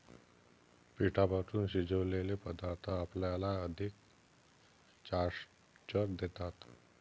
पिठापासून शिजवलेले पदार्थ आपल्याला अधिक स्टार्च देतात